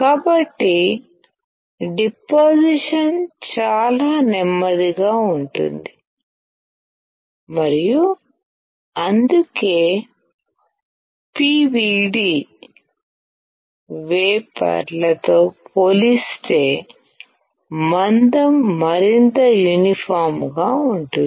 కాబట్టి డిపాసిషన్ చాలా నెమ్మదిగా ఉంటుంది మరియు అందుకే పివిడి వేఫర్ లతో పోలిస్తే మందం మరింత యూనిఫామ్ గా ఉంటుంది